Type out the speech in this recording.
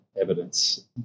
evidence